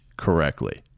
correctly